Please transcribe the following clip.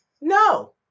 No